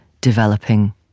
developing